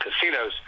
casinos